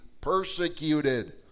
persecuted